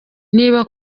niba